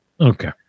Okay